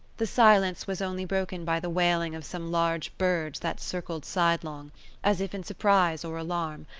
the silence was only broken by the wailing of some large birds that circled sidelong, as if in surprise or alarm,